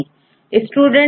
base में rigidity होती है